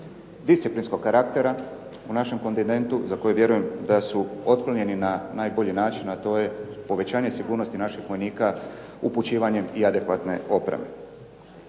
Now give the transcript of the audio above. disciplinskom karaktera u našem …/Govornik se ne razumije./… za koji vjerujem da su otklonjeni na najbolji način, a to je povećanje sigurnosti naših vojnika upućivanjem i adekvatne opreme.